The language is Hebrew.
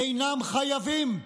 אינם חייבים.